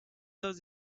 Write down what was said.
does